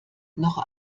noch